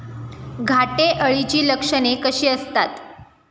घाटे अळीची लक्षणे कशी असतात?